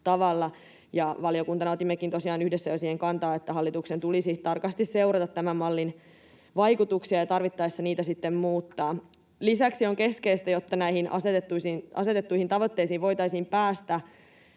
valiokuntana otimmekin tosiaan yhdessä jo siihen kantaa, että hallituksen tulisi tarkasti seurata tämän mallin vaikutuksia ja tarvittaessa sitä sitten muuttaa. Lisäksi on keskeistä, jotta näihin asetettuihin tavoitteisiin voitaisiin päästä,